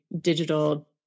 digital